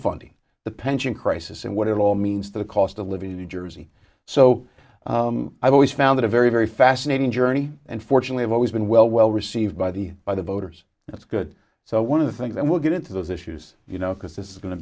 funding the pension crisis and what it all means to the cost of living in new jersey so i've always found it a very very fascinating journey and fortunately i've always been well well received by the by the voters that's good so one of the things that we'll get into those issues you know because this is go